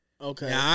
Okay